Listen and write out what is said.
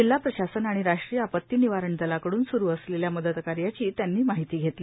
जिल्हा प्रशासन आणि राष्ट्रीय आपत्ती निवारण दलाकडून स्रु असलेल्या मदतकार्याची त्यांनी माहिती घेतली